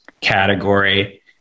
category